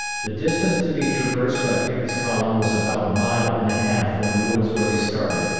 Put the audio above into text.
the distance to be traversed by pickett's column was about a mile and a half from the woods where they started,